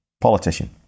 politician